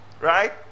right